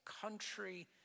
country